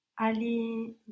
Ali